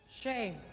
Shame